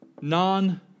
non